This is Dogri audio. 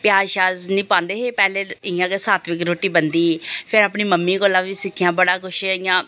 प्याज श्याज निं पांदे हे पैह्लें इ'यां गै सात्विक रुट्टी बनदी ही फिर अपनी मम्मी कोला बी सिक्खियां बड़ा किश इ'यां